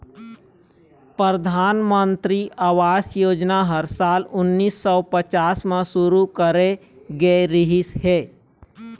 परधानमंतरी आवास योजना ह साल उन्नीस सौ पच्चाइस म शुरू करे गे रिहिस हे